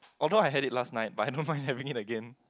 although I had it last night but I don't mind having it again